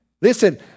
Listen